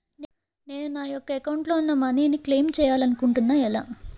నేను నా యెక్క అకౌంట్ లో ఉన్న మనీ ను క్లైమ్ చేయాలనుకుంటున్నా ఎలా?